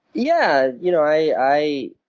yeah. you know i